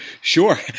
Sure